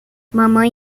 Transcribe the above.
mamãe